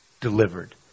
delivered